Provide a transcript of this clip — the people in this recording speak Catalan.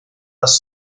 les